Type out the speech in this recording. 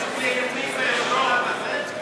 אינו נוכח עמיר פרץ,